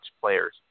players